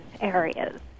areas